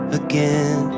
again